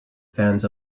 fans